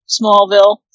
Smallville